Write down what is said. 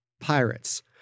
Pirates